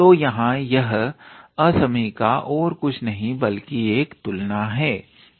तो यहां यह असमयिका और कुछ नहीं बल्कि एक तुलना है